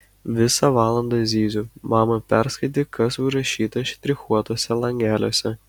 visą valandą zyziu mama perskaityk kas užrašyta štrichuotuose langeliuose